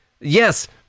Yes